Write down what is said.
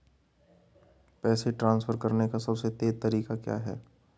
पैसे ट्रांसफर करने का सबसे तेज़ तरीका क्या है?